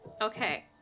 Okay